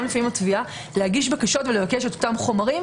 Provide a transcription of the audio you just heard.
לפעמים התביעה להגיש בקשות ולבקש אותם חומרים